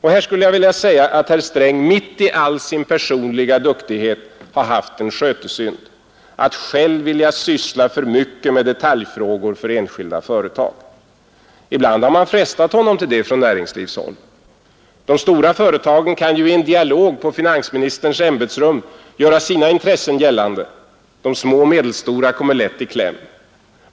Och här skulle jag vilja säga att herr Sträng mitt i all sin personliga duktighet har haft en skötesynd: att själv vilja syssla för mycket med detaljfrågor för enskilda företag. Ibland har man frestat honom till det från näringslivshåll. De stora företagen kan ju i en dialog på finansministerns ämbetsrum göra sina intressen gällande; de små och medelstora kommer lätt i kläm.